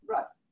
Right